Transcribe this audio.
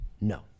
No